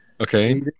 okay